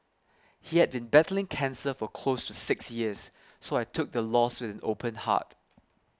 he had been battling cancer for close to six years so I took the loss with an open heart